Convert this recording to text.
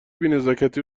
بینزاکتی